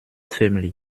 family